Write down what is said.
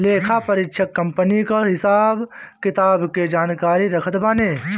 लेखापरीक्षक कंपनी कअ हिसाब किताब के जानकारी रखत बाने